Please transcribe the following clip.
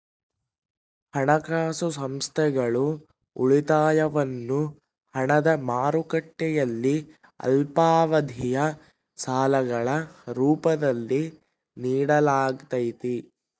ಹಣಕಾಸು ಸಂಸ್ಥೆಗಳು ಉಳಿತಾಯವನ್ನು ಹಣದ ಮಾರುಕಟ್ಟೆಯಲ್ಲಿ ಅಲ್ಪಾವಧಿಯ ಸಾಲಗಳ ರೂಪದಲ್ಲಿ ನಿಡಲಾಗತೈತಿ